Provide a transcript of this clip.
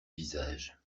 visage